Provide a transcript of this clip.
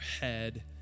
head